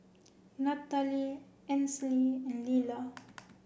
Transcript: Natalee Ansley and Lyla